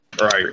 right